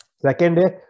Second